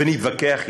ונתווכח אתם,